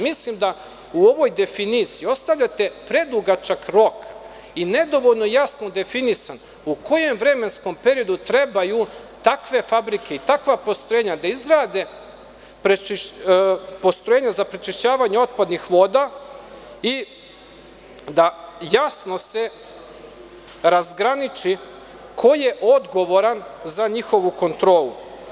Mislim, da u ovoj definiciji ostavljate predugačak rok i nedovoljno jasno definisan u kojem vremenskom periodu trebaju takve fabrike i takva postrojenja da izgrade postrojenje za prečišćavanje otpadnih voda i da se jasno razgraniči ko je odgovoran za njihovu kontrolu.